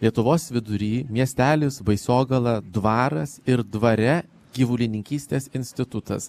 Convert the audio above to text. lietuvos vidury miestelis baisogala dvaras ir dvare gyvulininkystės institutas